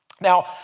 Now